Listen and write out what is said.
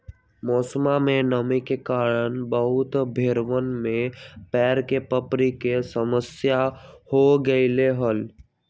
मौसमा में नमी के कारण बहुत भेड़वन में पैर के पपड़ी के समस्या हो गईले हल